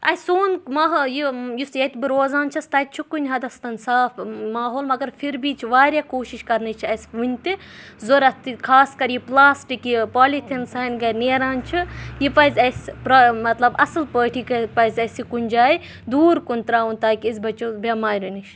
اسہِ سوٗن ماحو یہِ یُس ییٚتہِ بہٕ روزان چھَس تَتہِ چھُ کُنہِ حَدَس تام صاف ماحول مگر پھر بھی چھِ واریاہ کوٗشِش کَرنٕچ چھِ اسہِ وُنہِ تہِ ضرورت خاص کَر یہِ پلاسٹِک یہِ پالِتھین سانہِ گَھرِ نیران چھُ یہِ پَزِ اسہِ پرٛا مطلب اصٕل پٲٹھی پَزِ اسہِ یہِ کُنہِ جایہِ دوٗر کُن ترٛاوُن تاکہِ أسۍ بَچو بیٚماریو نِش